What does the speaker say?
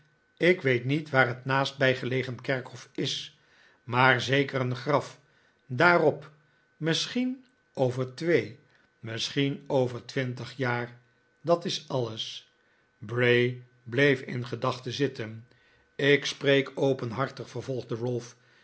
ik weet niet waar het naastbijgelegen kerkhof is maar zeker een graf daarop misschien over twee misschien over twin tig jaar dat is alles bray bleef in gedachten zitten ik spreek openhartig vervolgde